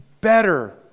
better